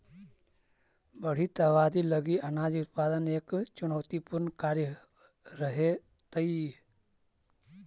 बढ़ित आबादी लगी अनाज उत्पादन एक चुनौतीपूर्ण कार्य रहेतइ